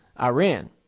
Iran